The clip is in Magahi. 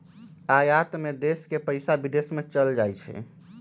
आयात में देश के पइसा विदेश में चल जाइ छइ